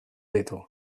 ditu